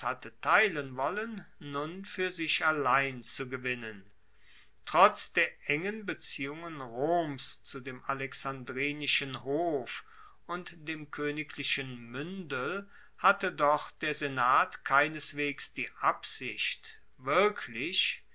teilen wollen nun fuer sich allein zu gewinnen trotz der engen beziehungen roms zu dem alexandrinischen hof und dem koeniglichen muendel hatte doch der senat keineswegs die absicht wirklich